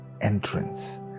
entrance